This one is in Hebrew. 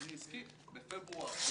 ב-12 בפברואר.